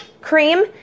cream